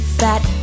fat